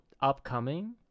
upcoming